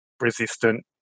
resistant